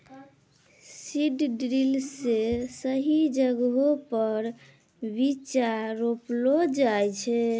seed drill से सही जगहो पर बीच्चा रोपलो जाय छै